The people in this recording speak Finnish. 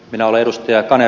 minä oletus työkone